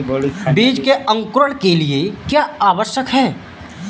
बीज के अंकुरण के लिए क्या आवश्यक है?